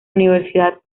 universidad